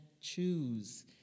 choose